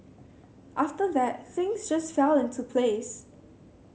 after that things just fell into place